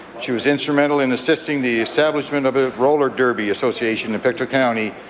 she was instrumental in assisting the establishment of a roller derby association in pictou county,